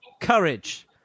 courage